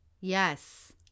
Yes